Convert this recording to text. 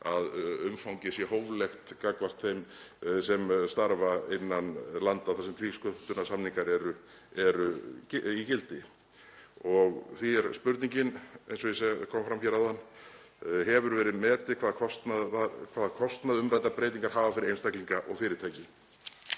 að umfangið sé hóflegt gagnvart þeim sem starfa innan landa þar sem tvísköttunarsamningar eru í gildi. Því er spurningin, eins og kom fram hér áðan: Hefur verið metið hvaða kostnað umræddar breytingar hafa fyrir einstaklinga og fyrirtæki?